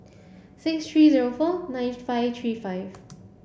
six three zero four nine five three five